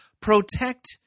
Protect